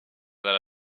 that